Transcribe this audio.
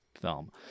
film